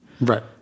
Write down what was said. Right